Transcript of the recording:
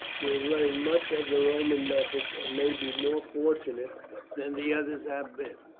he has learned much of the roman methods, and may be more fortunate than the others have been.